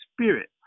spirit